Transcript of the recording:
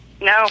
no